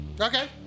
Okay